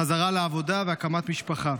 חזרה לעבודה והקמת משפחה.